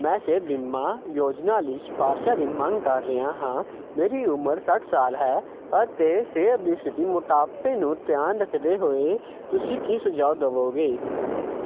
ਮੈਂ ਸਿਹਤ ਬੀਮਾ ਯੋਜਨਾ ਲਈ ਸਿਫਾਰਸ਼ਾਂ ਦੀ ਮੰਗ ਕਰ ਰਿਹਾ ਹਾਂ ਮੇਰੀ ਉਮਰ ਅਤੇ ਸਿਹਤ ਦੀ ਸਥਿਤੀ ਮੋਟਾਪੇ ਨੂੰ ਧਿਆਨ ਵਿੱਚ ਰੱਖਦੇ ਹੋਏ ਤੁਸੀਂ ਕੀ ਸੁਝਾਅ ਦੇਵੋਗੇ